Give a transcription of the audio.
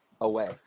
Away